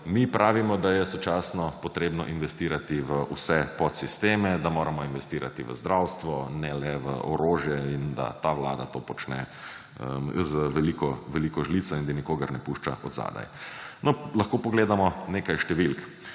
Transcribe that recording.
Mi pravimo, da je sočasno potrebno investirati v vse podsisteme, da moramo investirati v zdravstvo, ne le v orožje, in da ta vlada to počne z veliko, veliko žlico in da nikogar ne pušča zadaj. No, lahko pogledamo nekaj številk.